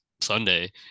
Sunday